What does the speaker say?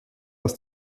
aus